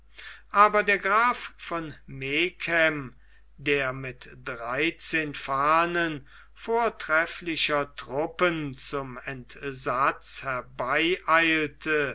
aber der graf von megen der mit dreizehn fahnen vortrefflicher truppen zum